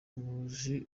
muyobozi